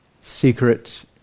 secret